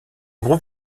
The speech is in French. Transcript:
groupe